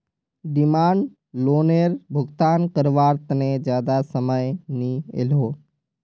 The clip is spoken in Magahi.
डिमांड लोअनेर भुगतान कारवार तने ज्यादा समय नि इलोह